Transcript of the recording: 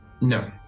No